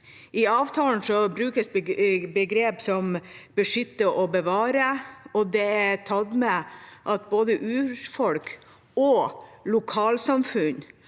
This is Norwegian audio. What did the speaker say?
I avtalen brukes begrep som «beskytte og bevare», og det er tatt med at både urfolk og lokalsamfunn